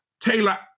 Taylor